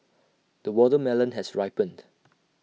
the watermelon has ripened